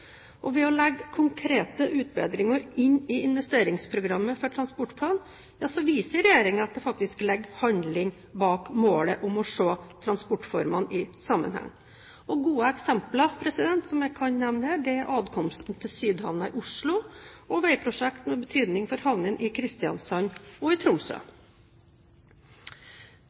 Ved å legge konkrete utbedringer inn i investeringsprogrammet for transportplanen viser regjeringen at det faktisk ligger handling bak målet om å se transportformene i sammenheng. Gode eksempler, som jeg kan nevne her, er adkomsten til sydhavnen i Oslo og veiprosjekter med betydning for havnene i Kristiansand og Tromsø.